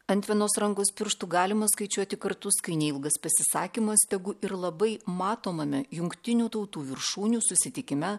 ant vienos rankos pirštų galima skaičiuoti kartus kai neilgas pasisakymas tegu ir labai matomame jungtinių tautų viršūnių susitikime